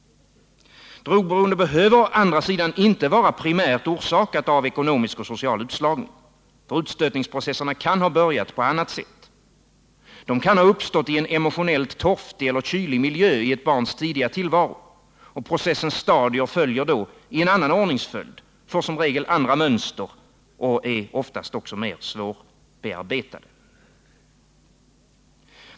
Drogberoende behöver inte vara primärt orsakat av ekonomisk och social utslagning. Utstötningsprocesserna kan ha börjat på annat sätt. De kan ha uppstått i en emotionellt torftig eller kylig miljö i ett barns tidiga tillvaro. Processens stadier följer då i en annan ordningsföljd, får som regel andra mönster och är oftast mer svårbéarbetade.